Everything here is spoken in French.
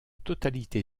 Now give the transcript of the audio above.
totalité